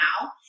now